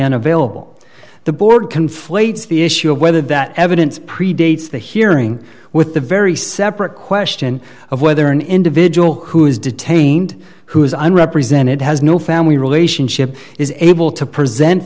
unavailable the board conflates the issue of whether that evidence predates the hearing with the very separate question of whether an individual who was detained who is an represented has no family relationship is able to present